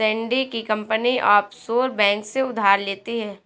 Sandy की company offshore bank से उधार लेती है